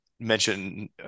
mention